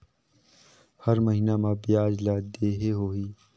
हर महीना मा ब्याज ला देहे होही?